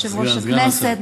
יושב-ראש הכנסת,